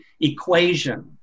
equation